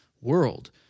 world